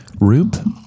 Rube